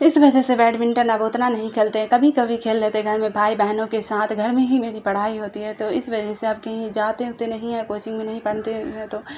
اس وجہ سے بیڈمنٹن اب اتنا نہیں کھیلتے ہیں کبھی کبھی کھیل لیتے ہیں گھر میں بھائی بہنوں کے ساتھ گھر میں ہی میری پڑھائی ہوتی ہے تو اس وجہ سے اب کہیں جاتے واتے نہیں ہیں کوچنگ میں نہیں پڑھتے ہیں تو